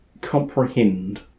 comprehend